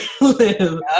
live